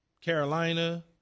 Carolina